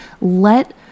let